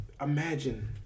imagine